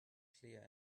clear